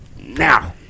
now